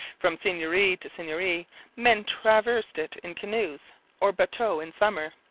from seigneury to seigneury men traversed it in canoes or bateaux in summer,